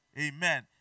Amen